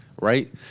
right